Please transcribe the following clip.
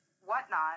whatnot